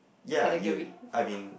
ya you~ I mean